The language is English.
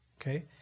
Okay